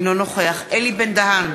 אינו נוכח אלי בן-דהן,